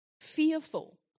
fearful